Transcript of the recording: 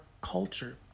culture